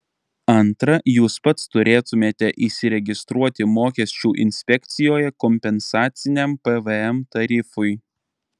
antra jūs pats turėtumėte įsiregistruoti mokesčių inspekcijoje kompensaciniam pvm tarifui